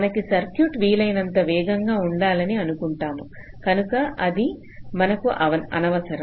మనకి సర్క్యూటు వీలైనంత వేగంగా ఉండాలని అనుకుంటాము కనుక అది మనకు అనవసరం